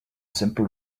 simple